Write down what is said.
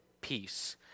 peace